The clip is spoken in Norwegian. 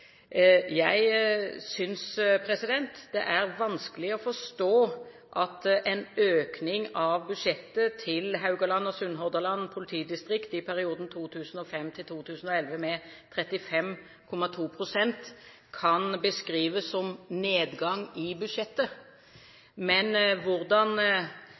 Jeg synes det er vanskelig å forstå at en økning av budsjettet til Haugaland og Sunnhordland politidistrikt i perioden 2005–2011 med 35,2 pst. kan beskrives som nedgang i budsjettet. Men hvordan